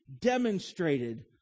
demonstrated